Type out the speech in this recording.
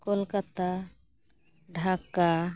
Kolkata Dhaka